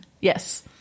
yes